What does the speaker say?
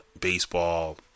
baseball